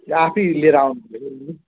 आफै लिएर आउनु